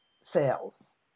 sales